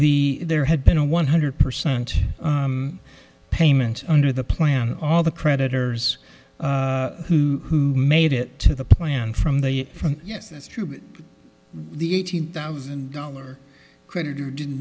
the there had been a one hundred percent payment under the plan all the creditors who made it to the plan from the from yes that's true but the eight hundred thousand dollar creditor didn't